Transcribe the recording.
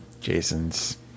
Jason's